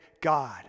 God